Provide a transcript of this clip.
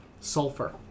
Sulfur